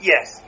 Yes